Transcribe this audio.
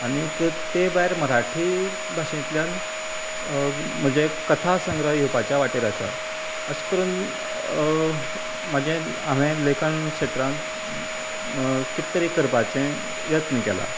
आनीक तें भायर मराठी भाशेंतल्यान म्हजें कथा संग्रह येवपाच्या वाटेर आसा अशें करून म्हागे हांवेन लेखन क्षेत्रान कित तरी करपाचें यत्न केला